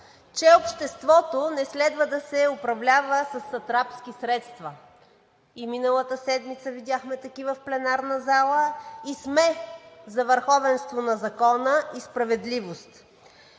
че обществото не следва да се управлява със сатрапски средства и миналата седмица видяхме такива в пленарната зала, и сме за върховенство на закона и справедливост.